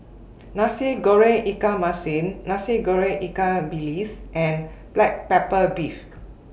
Nasi Goreng Ikan Masin Nasi Goreng Ikan Bilis and Black Pepper Beef